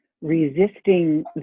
resisting